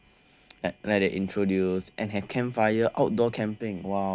like they introduce and have campfire outdoor camping !wow!